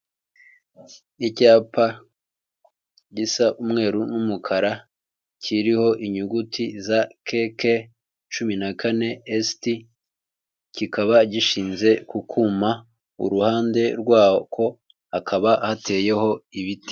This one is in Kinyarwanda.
Icyapa gisa umweru n'umukara kiriho inyuguti za keke cumi na kane st kikaba gishinze ku kuma, uruhande rw'ako hakaba hateyeho ibiti.